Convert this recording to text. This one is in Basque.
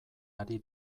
ari